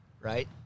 right